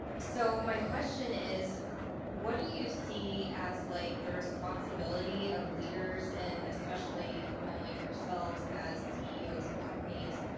so my question is what do you see as like the responsibility of leaders and especially men like yourselves as ceos of companies?